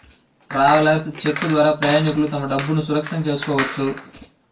travellers cheque ద్వారా ప్రయాణికులు తమ డబ్బులును సురక్షితం చేసుకోవచ్చు